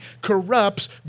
corrupts